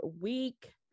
week